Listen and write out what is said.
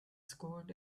scored